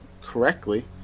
correctly